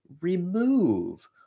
remove